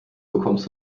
bekommst